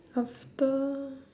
after